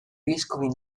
vescovi